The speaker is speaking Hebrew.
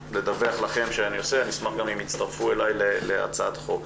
לדווח על משהו אחד שאני עושה ואני אשמח אם יצטרפו אליי להצעת חוק.